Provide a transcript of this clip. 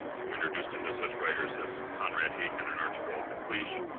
who introduced him to such writers as conrad aiken, and archibald macleish,